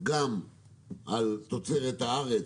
גם על תוצרת הארץ?